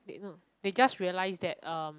they no they just realised that erm